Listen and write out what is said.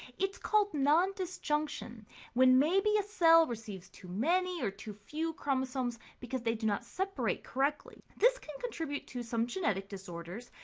it's called nondisjunction when maybe a cell receives too many or too few chromosomes because they do not separate correctly. this can contribute to some genetic disorders,